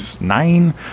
nine